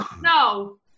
no